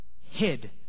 hid